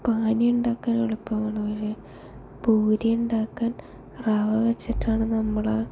പാനി ഉണ്ടാക്കാൻ എളുപ്പമാണ് പൂരി ഉണ്ടാക്കാൻ റവ വച്ചിട്ടാണ് നമ്മളാ